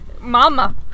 mama